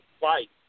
fight